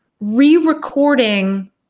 re-recording